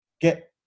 Get